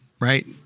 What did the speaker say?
Right